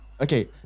okay